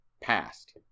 past